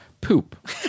poop